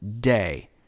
day